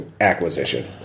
acquisition